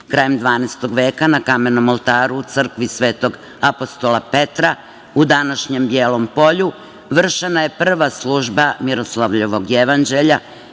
Krajem 12. veka, na kamenom oltaru, u crkvi Svetog apostola Petra, u današnjem Bijelom Polju, vršena je prva služba Miroslavljevog jevanđelja,